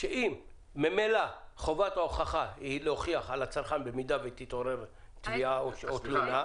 שאם ממילא חובת ההוכחה היא על העוסק אם תתעורר תביעה או תלונה,